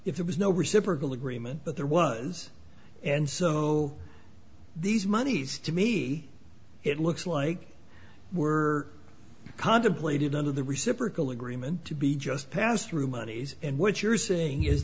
there was no reciprocal agreement but there was and so these monies to me it looks like we're contemplated under the reciprocal agreement to be just passed through monies and what you're saying is